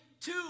two